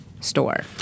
store